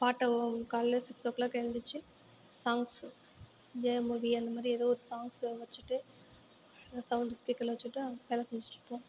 பாட்டை ஓ காலையில் சிக்ஸ் ஓ கிளாக் எழுந்துருச்சு சாங்ஸு ஜெயா மூவி அந்த மாதிரி ஏதோ ஒரு சாங்ஸு வச்சிட்டு நல்ல சவுண்ட் ஸ்பீக்கரில் வச்சிவிட்டு வேலை செஞ்சிட்டிருப்போம்